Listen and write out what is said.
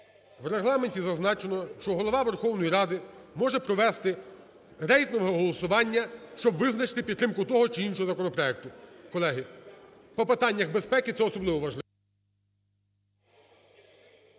В Регламенті зазначено, що Голова Верховної Ради може провести рейтингове голосування, щоб визначити підтримку того чи іншого законопроекту. Колеги, по питаннях безпеки - це особливо важливо.